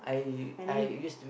and then